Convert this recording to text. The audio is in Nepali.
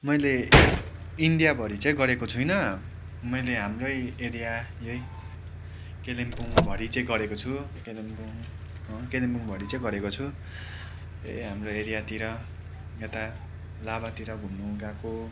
मैले इन्डियाभरि चाहिँ गरेको छुइनँ मैले हाम्रै एरिया यही कालिम्पोङभरि चाहिँ गरेको छु कालिम्पोङ अँ कालिम्पोङभरि चाहिँ गरेको छु यही हाम्रो एरियातिर यता लाभातिर घुम्नु गएको